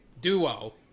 duo